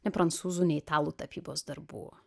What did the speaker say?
ne prancūzų nei italų tapybos darbų